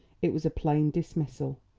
it was a plain dismissal.